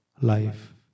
life